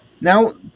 Now